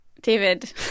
David